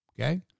Okay